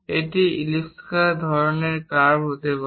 এটি ইলিপ্সাকার ধরনের কার্ভ হতে পারে